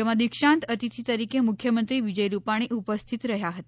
જેમાં દીક્ષાંત અતિથિ તરીકે મુખ્યમંત્રી વિજય રૂપાણી ઉપસ્થિત રહ્યા હતા